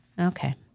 Okay